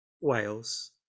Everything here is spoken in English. wales